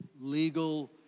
legal